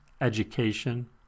Education